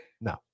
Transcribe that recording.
No